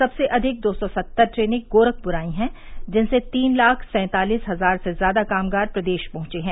सबसे अधिक दो सौ सत्तर ट्रेन गोरखपुर आई हैं जिनसे तीन लाख सैंतालीस हजार से ज्यादा कामगार प्रदेश पहुंचे हैं